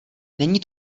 není